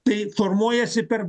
tai formuojasi per